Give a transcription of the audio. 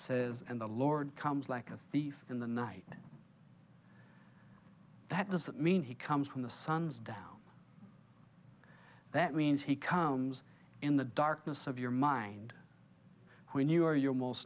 says and the lord comes like a thief in the night that doesn't mean he comes from the sons down that means he comes in the darkness of your mind when you are your most